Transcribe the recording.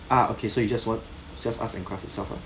ah okay so you just want just arts and graphic stuff ah